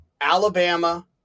Alabama